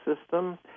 system